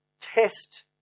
Test